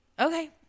okay